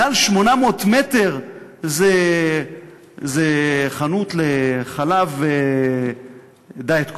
מעל 800 מטר זה חנות לחלב ודיאט-קולה?